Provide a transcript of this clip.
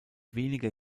weniger